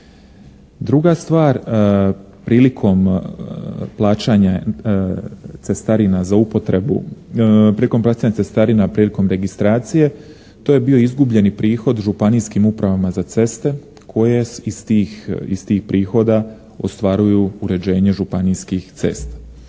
upotrebu, prilikom plaćanja cestarina prilikom registracije to je bio izgubljeni prihod županijskim upravama za ceste koje iz tih prihoda ostvaruju uređenje županijskih cesta.